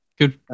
Good